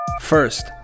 First